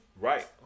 Right